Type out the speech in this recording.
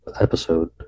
episode